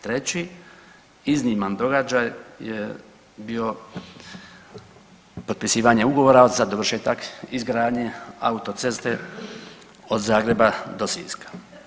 Treći izniman događaj je bio potpisivanje ugovora za dovršetak izgradnje autoceste od Zagreba do Siska.